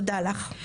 תודה רבה.